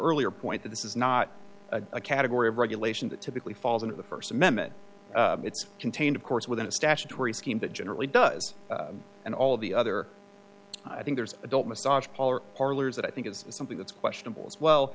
earlier point that this is not a category of regulation that typically falls into the st amendment it's contained of course within a statutory scheme that generally does and all of the other i think there's adult massage parlor parlors that i think it's something that's questionable as well